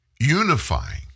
unifying